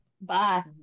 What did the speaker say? Bye